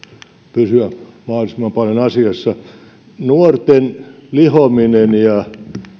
pysyä mahdollisimman paljon asiassa nuorten lihominen ja